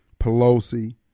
Pelosi